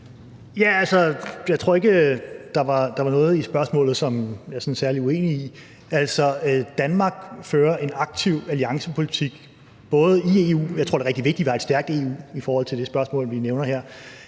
Jeg tror ikke, der var noget i spørgsmålet, som jeg er sådan særlig uenig i. Altså, Danmark fører en aktiv alliancepolitik, både i EU – og jeg tror, det er rigtig vigtigt, at vi har et stærkt EU i forhold til det spørgsmål, der